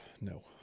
No